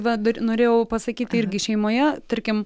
va dar norėjau pasakyti irgi šeimoje tarkim